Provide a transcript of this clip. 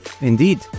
Indeed